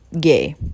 gay